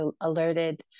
alerted